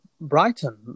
Brighton